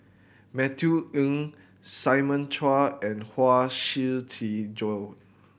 Matthew Ngui Simon Chua and Huang Shiqi Joan